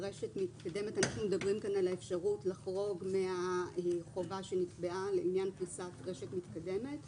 אנחנו מדברים על האפשרות לחרוג מהחובה שנקבעה לעניין פריסת רשת מתקדמת.